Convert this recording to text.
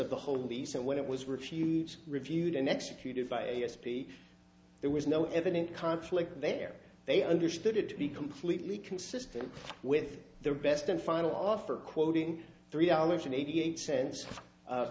of the whole be so when it was refused reviewed and executed by e s p there was no evident conflict there they understood it to be completely consistent with their best and final offer quoting three dollars and eighty eight cents